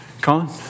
Colin